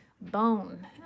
bone